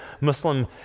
Muslim